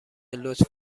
لطف